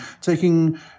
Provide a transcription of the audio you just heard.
taking